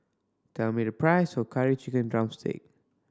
tell me the price of Curry Chicken drumstick